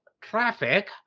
traffic